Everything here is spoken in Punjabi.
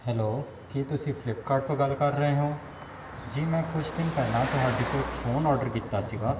ਹੈਲੋ ਕੀ ਤੁਸੀਂ ਫਲਿਪਕਾਰਟ ਤੋਂ ਗੱਲ ਕਰ ਰਹੇ ਹੋ ਜੀ ਮੈਂ ਕੁਛ ਦਿਨ ਪਹਿਲਾਂ ਤੁਹਾਡੇ ਤੇ ਇੱਕ ਫੋਨ ਔਡਰ ਕੀਤਾ ਸੀਗਾ